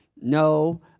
no